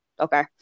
okay